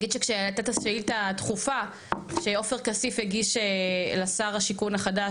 כשהייתה את השאילתה הדחופה שעופר כסיף הגיש לשר השיכון החדש